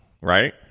right